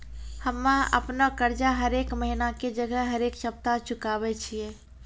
हम्मे अपनो कर्जा हरेक महिना के जगह हरेक सप्ताह चुकाबै छियै